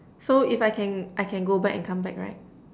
so if I can I can go back and come back right